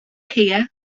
caeau